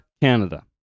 Canada